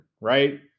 right